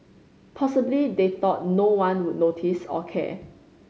possibly they thought no one would notice or care